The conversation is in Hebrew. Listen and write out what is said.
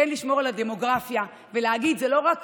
כן לשמור על הדמוגרפיה ולהגיד שלא רק